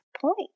point